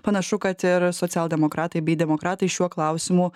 panašu kad ir socialdemokratai bei demokratai šiuo klausimu